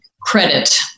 credit